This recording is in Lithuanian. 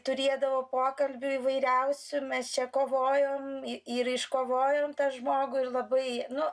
turėdavo pokalbių įvairiausių mes čia kovojom ir iškovojom tą žmogų ir labai nu